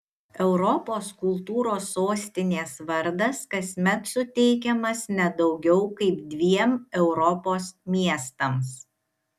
europos kultūros sostinės vardas kasmet suteikiamas ne daugiau kaip dviem europos miestams